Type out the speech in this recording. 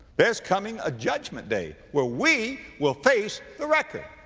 there's coming a judgment day where we will face the record.